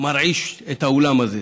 שמרעיש את האולם הזה.